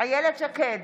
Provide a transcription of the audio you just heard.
איילת שקד,